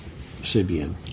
Sibian